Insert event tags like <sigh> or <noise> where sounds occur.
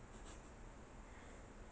<laughs>